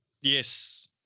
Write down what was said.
yes